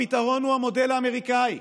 הפתרון הוא המודל האמריקאי.